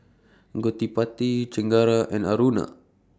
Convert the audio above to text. Gottipati Chengara and Aruna